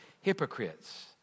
hypocrites